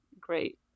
great